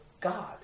God